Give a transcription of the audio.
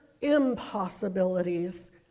impossibilities